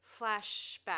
flashback